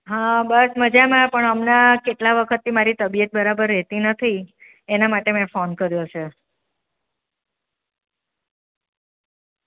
હા બસ મજામાં પણ હમણાં કેટલા વખતથી મારી તબિયત બરાબર રહેતી નથી એના માટે મેં ફોન કર્યો છે